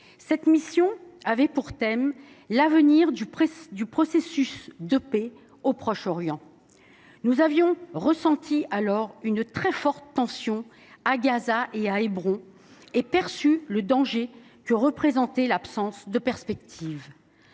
Cette mission avait pour thème l’avenir du processus de paix au Proche Orient. À cette occasion, nous avons ressenti une très forte tension, à Gaza comme à Hébron, et perçu le danger que représentait l’absence de perspectives.